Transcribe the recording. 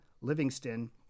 Livingston